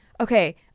okay